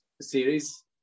series